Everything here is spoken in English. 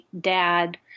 dad